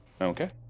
Okay